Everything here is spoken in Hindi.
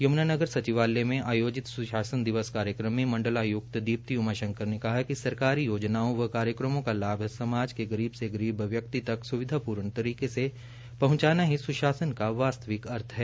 यमुनानगर जिला कार्यक्रम मे मंडलायूक्त दीप्ती उमाशंकर ने कहा कि सरकारी योजनाओं व कार्यक्रमों का लाभ समाज के गरीब से गरीब व्यक्ति तक सुविधा पूर्ण तरीके से पहुंचाना ही सुशासन का वास्तविक अर्थ है